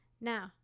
now